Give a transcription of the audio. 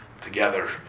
together